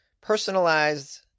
personalized